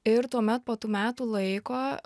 ir tuomet po tų metų laiko